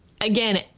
again